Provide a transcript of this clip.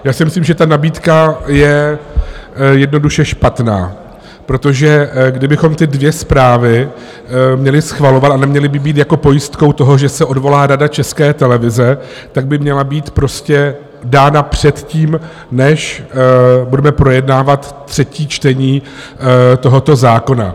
Já si myslím, že ta nabídka je jednoduše špatná, protože kdybychom ty dvě zprávy měli schvalovat a neměly by být jako pojistkou toho, že se odvolá Rada České televize, tak by měla být prostě dána předtím, než budeme projednávat třetí čtení tohoto zákona.